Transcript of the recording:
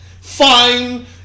Fine